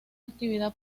actividad